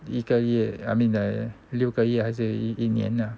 一个月 I mean 六个月还是一年啦